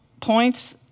points